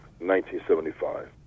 1975